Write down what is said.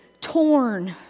torn